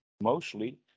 mostly